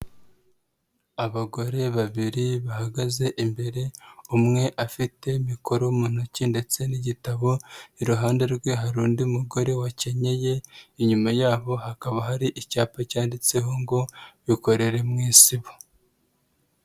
Abagore babiri bahagaze imbere, umwe afite mikoro mu ntoki, ndetse n'igitabo iruhande rwe hari undi mugore wakenyeye, inyuma yabo hakaba hari icyapa cyanditseho ngo bikorere mu isibo.